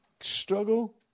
struggle